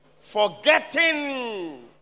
Forgetting